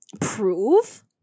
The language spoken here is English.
Prove